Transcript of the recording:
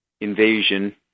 invasion